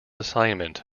assignment